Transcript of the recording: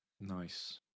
Nice